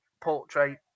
portrait